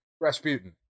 Rasputin